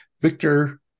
Victor